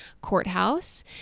courthouse